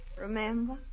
remember